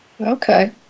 Okay